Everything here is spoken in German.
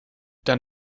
dann